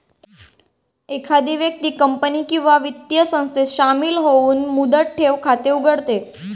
एखादी व्यक्ती कंपनी किंवा वित्तीय संस्थेत शामिल होऊन मुदत ठेव खाते उघडते